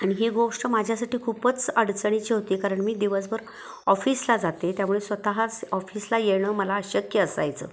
आणि ही गोष्ट माझ्यासाठी खूपच अडचणीची होती कारण मी दिवसभर ऑफिसला जाते त्यामुळे स्वतःच ऑफिसला येणं मला अशक्य असायचं